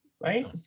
Right